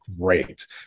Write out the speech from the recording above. great